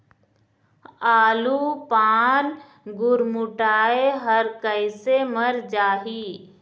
आलू पान गुरमुटाए हर कइसे मर जाही?